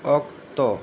ᱚᱠᱛᱚ